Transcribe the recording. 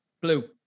blue